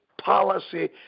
policy